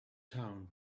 town